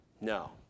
No